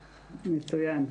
מצוין.